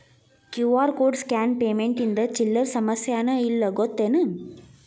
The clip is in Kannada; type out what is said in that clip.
ಕ್ಯೂ.ಆರ್ ಕೋಡ್ ಸ್ಕ್ಯಾನ್ ಪೇಮೆಂಟ್ ಇಂದ ಚಿಲ್ಲರ್ ಸಮಸ್ಯಾನ ಇಲ್ಲ ಗೊತ್ತೇನ್?